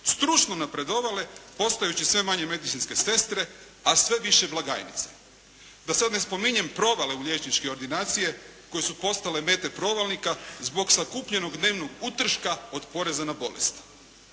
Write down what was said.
stručno napredovale postajući sve manje medicinske sestre, a sve više blagajnice. Da sad ne spominjem provale u liječničke ordinacije koje su postale mete provalnika zbog sakupljenog dnevnog utrška od poreza na bolest.